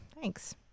thanks